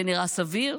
זה נראה סביר?